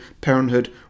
parenthood